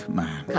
man